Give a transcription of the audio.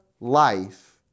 life